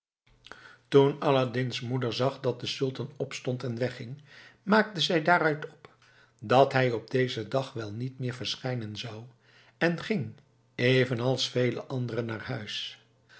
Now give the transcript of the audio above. toen aladdin's moeder zag dat de sultan opstond en wegging maakte zij daaruit op dat hij op dezen dag wel niet meer verschijnen zou en ging evenals vele anderen naar huis